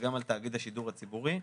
וגם על תאגיד השידור הציבורי,